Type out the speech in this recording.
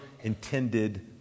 intended